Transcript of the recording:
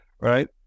right